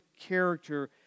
character